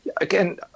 again